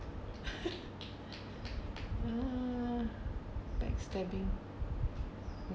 uh backstabbing